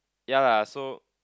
yeah lah so